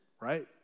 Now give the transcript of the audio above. right